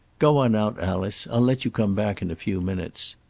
go on out, alice. i'll let you come back in a few minutes.